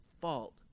fault